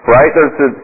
Right